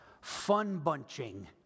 fun-bunching